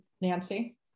Nancy